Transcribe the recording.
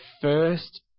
first